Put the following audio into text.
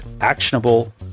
actionable